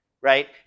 right